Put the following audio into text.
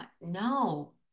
no